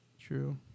True